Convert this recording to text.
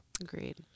Agreed